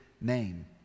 name